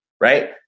right